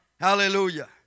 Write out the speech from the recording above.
Hallelujah